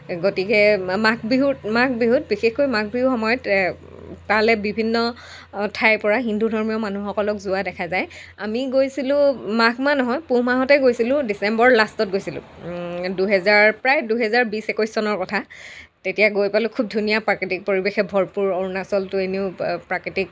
গতিকে মাঘ বিহুত মাঘ বিহুত বিশেষকৈ মাঘ বিহুৰ সময়ত তালে বিভিন্ন ঠাইৰ পৰা হিন্দু ধৰ্মীয় মানুহসকলক যোৱা দেখা যায় আমি গৈছিলোঁ মাঘ মাহ নহয় পুহ মাহতে গৈছিলোঁ ডিচেম্বৰৰ লাষ্টত গৈছিলোঁ দুহেজাৰ প্ৰায় দুহেজাৰ বিশ একৈছ চনৰ কথা তেতিয়া গৈ পালোঁ খুব ধুনীয়া প্ৰাকৃতিক পৰিৱেশে ভৰপূৰ অৰুণাচলতো এনেও এ প্ৰাকৃতিক